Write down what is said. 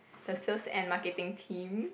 the sales and marketing team